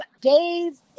Dave